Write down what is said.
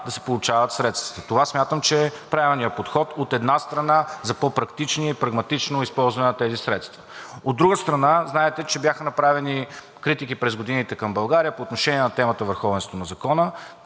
да се получават средствата. Затова смятам, че е правилният подход, от една страна, за по-практично и прагматично използване на тези средства. От друга страна, знаете, че бяха направени критики през годините към България по отношение темата за върховенството на закона.